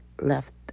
left